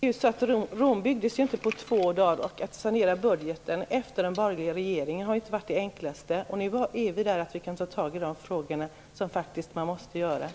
Herr talman! Rom byggdes ju inte på två dagar. Att sanera budgeten efter den borgerliga regeringen har inte varit det enklaste. Nu är vi där att vi kan ta tag i de frågor som vi måste ta tag i.